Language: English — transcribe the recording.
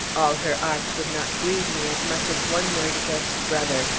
all her arts would not grieve me as much as one word against brother.